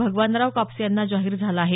भगवानराव कापसे यांना जाहीर झाला आहे